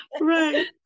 right